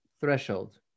threshold